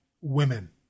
Women